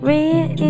Real